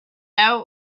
out